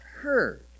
heard